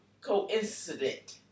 Coincident